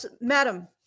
Madam